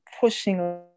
pushing